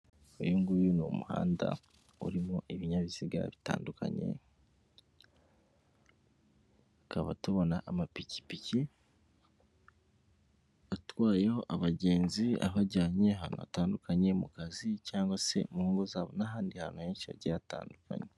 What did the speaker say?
Uyu nguyu ni umuhanda urimo ibyabiziga bitandukanye, tukaba tubona amapikipiki atwaye abagenzi abajyanye ahantu hatandukanye mu kazi cyangwa se mu ngo zabo n'ahandi hantu henshi hagiye hatandukanye